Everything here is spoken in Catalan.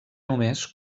només